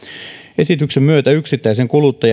esityksen myötä yksittäisen kuluttajan